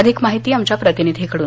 अधिक माहिती आमच्या प्रतिनिधी कडून